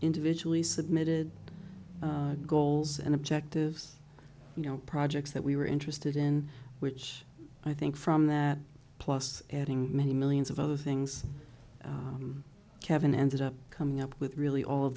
individually submitted goals and objectives you know projects that we were interested in which i think from that plus having many millions of other things kevin ended up coming up with really all